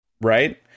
Right